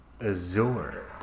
Azure